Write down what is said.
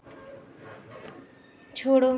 छोड़ो